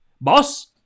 Boss